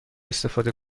استفاده